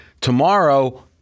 Tomorrow